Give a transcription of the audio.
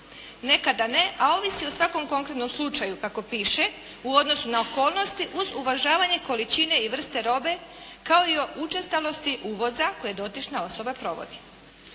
nekada ne, a ovisi o svakom konkretnom slučaju kako piše u odnosu na okolnosti uz uvažavanje količine i vrste robe kao i o učestalosti uvoza koje dotična osoba provodi.